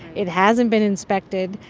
it hasn't been inspected.